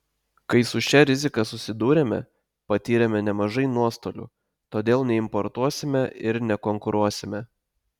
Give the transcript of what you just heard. kai su šia rizika susidūrėme patyrėme nemažai nuostolių todėl neimportuosime ir nekonkuruosime